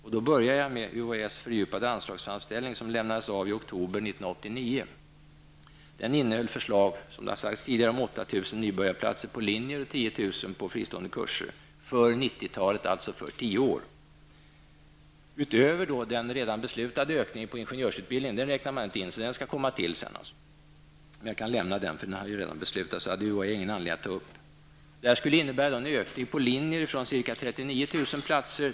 Jag börjar då med UHÄs fördjupade anslagsframställning, som lämnades i oktober 1989. Den innehöll, som har sagts tidigare, förslag om 8 000 nybörjarplatser på linjer och 10 000 på fristående kurser för 90-talet, alltså för tio år. Detta går utöver den redan beslutade ökningen på ingenjörsutbildningen. Den räknade man inte in, så den skall alltså komma till. Jag kan lämna den därhän, eftersom den redan hade beslutats.